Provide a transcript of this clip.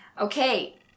Okay